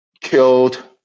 killed